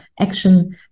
action